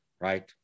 right